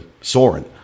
soren